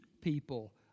people